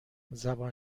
زبان